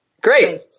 Great